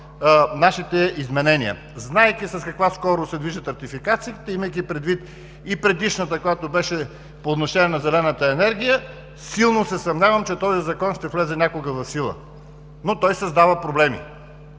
нашите изменения. Знаейки с каква скорост се движат ратификациите, имайки предвид и предишната, която беше по отношение на зелената енергия, силно се съмнявам, че този закон ще влезе някога в сила, но той създава проблеми.